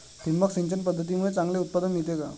ठिबक सिंचन पद्धतीमुळे चांगले उत्पादन मिळते का?